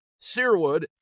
Searwood